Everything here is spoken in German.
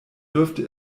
dürfte